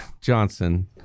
Johnson